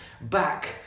back